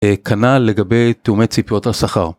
כנ"ל לגבי תאומי ציפיות השכר.